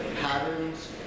patterns